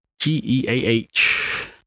G-E-A-H